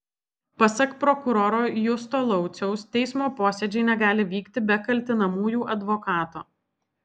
pasak prokuroro justo lauciaus teismo posėdžiai negali vykti be kaltinamųjų advokato